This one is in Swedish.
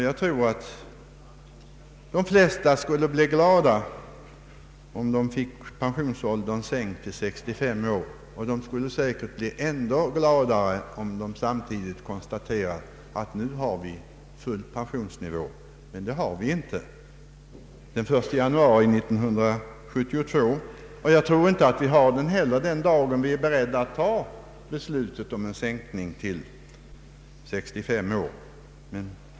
Jag tror att de flesta skulle bli glada, om de fick sin pensionsålder sänkt till 65 år, men de skulle säkerligen bli ännu gladare, om de samtidigt kunde konstatera att de fick full pension. Så blir det emellertid inte den 1 januari 1972, och jag tror inte att vi kommer att få full pensionsnivå den dag vi är beredda att fatta beslut om pension vid 65 år.